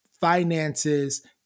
finances